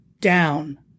down